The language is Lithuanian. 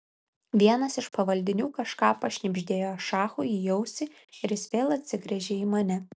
vienas iš pavaldinių kažką pašnibždėjo šachui į ausį ir jis vėl atsigręžė į mane